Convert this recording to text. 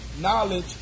knowledge